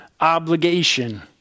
obligation